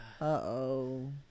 Uh-oh